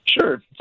Sure